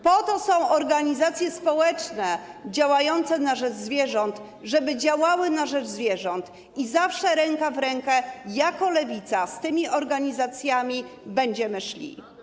Po to są organizacje społeczne działające na rzecz zwierząt, żeby działały na rzecz zwierząt, i zawsze ręka w rękę jako Lewica z tymi organizacjami będziemy szli.